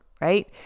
Right